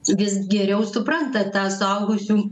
vis geriau supranta tą suaugusių